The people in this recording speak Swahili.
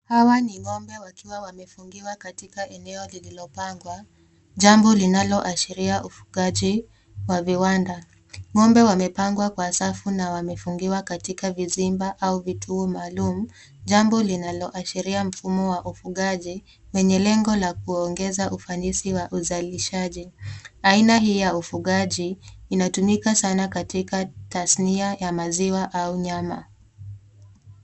Hawa ni ng'ombe wakiwa wamefungiwa katika eneo lililopangwa, jambo linaloashiria ufugaji wa viwanda. Ng'ombe wamepangwa kwa safu na wamefungiwa katika vizimba au vituo maalumu, jambo linaloashiria mfumo wa ufugaji wenye lengo la kuongeza ufanisi wa uzailishaji. Aina hii ya ufugaji inatumika sana katika tasnia ya maziwa au nyama.